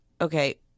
okay